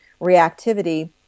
reactivity